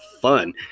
fun